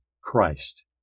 Christ